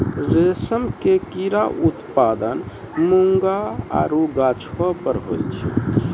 रेशम के कीड़ा उत्पादन मूंगा आरु गाछौ पर हुवै छै